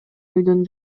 үйдөн